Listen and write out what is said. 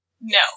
No